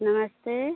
नमस्ते